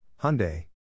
Hyundai